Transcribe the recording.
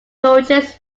georges